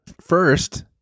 First